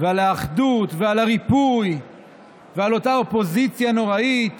על האחדות ועל הריפוי ועל אותה אופוזיציה נוראית